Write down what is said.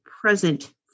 present